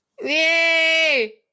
Yay